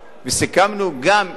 וסיכמנו גם אם,